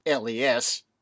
LES